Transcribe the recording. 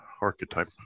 archetype